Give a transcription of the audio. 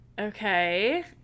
Okay